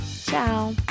ciao